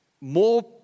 more